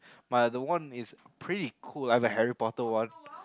my other one is pretty cool like the Harry-Potter one